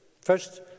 First